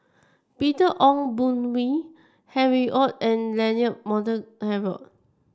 Peter Ong Boon Kwee Harry Ord and Leonard Montague Harrod